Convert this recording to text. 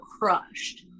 crushed